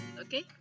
okay